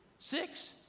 Six